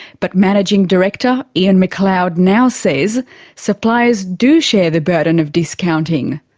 but managing director ian mcleod now says suppliers do share the burden of discounting,